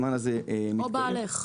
או בעלך.